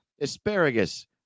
Asparagus